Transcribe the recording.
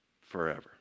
Forever